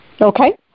Okay